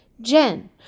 Jen